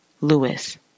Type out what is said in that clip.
Lewis